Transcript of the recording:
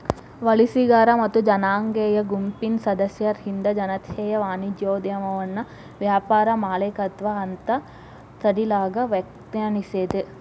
ವಲಸಿಗರ ಮತ್ತ ಜನಾಂಗೇಯ ಗುಂಪಿನ್ ಸದಸ್ಯರಿಂದ್ ಜನಾಂಗೇಯ ವಾಣಿಜ್ಯೋದ್ಯಮವನ್ನ ವ್ಯಾಪಾರ ಮಾಲೇಕತ್ವ ಅಂತ್ ಸಡಿಲವಾಗಿ ವ್ಯಾಖ್ಯಾನಿಸೇದ್